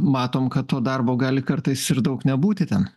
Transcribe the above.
matom kad to darbo gali kartais ir daug nebūti